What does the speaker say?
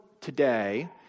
today